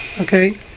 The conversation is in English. Okay